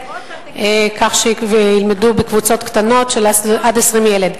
כך שילמדו בקבוצות קטנות של עד 20 ילד.